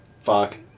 Fuck